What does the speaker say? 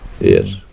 Yes